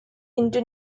into